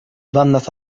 bandas